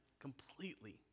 completely